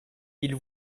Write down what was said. ils